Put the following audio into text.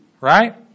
right